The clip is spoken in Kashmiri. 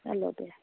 چلو بیہہ